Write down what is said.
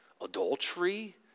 adultery